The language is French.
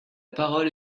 parole